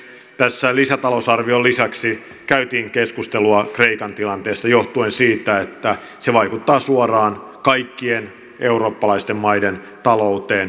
tässä lisätalousarvion lisäksi käytiin keskustelua kreikan tilanteesta johtuen siitä että se mikä on kreikassa tulevaisuudessa ratkaisu vaikuttaa suoraan kaikkien eurooppalaisten maiden talouteen